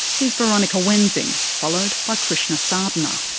here's veronica wensing, followed by krishna sadhana.